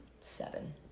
seven